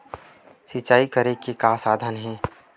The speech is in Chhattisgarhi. सिंचाई करे के का साधन हे?